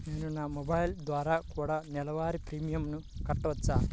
నేను నా మొబైల్ ద్వారా కూడ నెల వారి ప్రీమియంను కట్టావచ్చా?